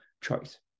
choice